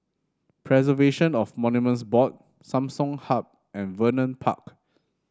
Preservation of Monuments Board Samsung Hub and Vernon Park